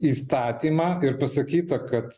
įstatymą ir pasakyta kad